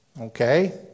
okay